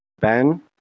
Ben